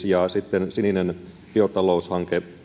ja sininen biotaloushanke